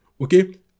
okay